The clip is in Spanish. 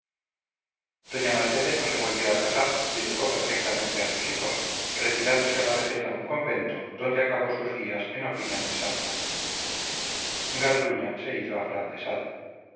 doña mercedes no se volvió a casar y educó perfectamente a sus hijos retirándose a la vejez a un convento donde acabó sus días en opinión de santa garduña se hizo afrancesado